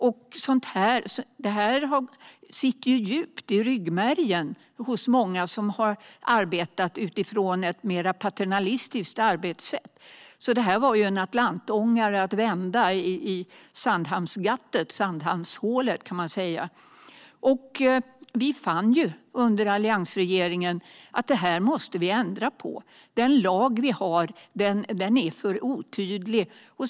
Arbetssättet sitter djupt i ryggmärgen hos många som har arbetat utifrån ett mer paternalistiskt arbetssätt. Man kan säga att det var som att vända en atlantångare i Sandhamnsgattet, Sandhamnshålet. Under alliansregeringens tid fann vi att vi måste ändra på detta. Den lag vi hade var för otydlig.